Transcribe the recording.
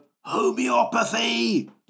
homeopathy